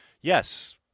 yes